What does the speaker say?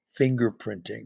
fingerprinting